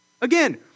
Again